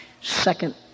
second